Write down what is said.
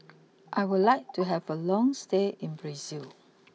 I would like to have a long stay in Brazil